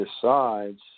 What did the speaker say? decides